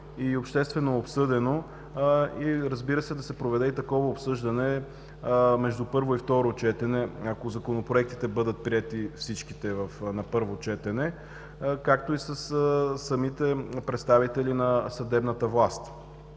и обществено обсъдено, и, разбира се, да се проведе такова обсъждане между първо и второ четене, ако законопроектите бъдат приети всичките на първо четене, както и самите представители на съдебната власт.